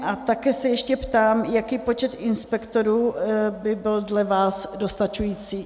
A také se ještě ptám, jaký počet inspektorů by byl dle vás dostačující.